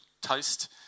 toast